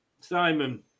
Simon